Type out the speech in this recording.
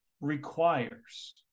requires